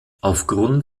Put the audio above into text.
aufgrund